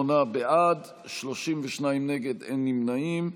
48 בעד, 32 נגד, אין נמנעים.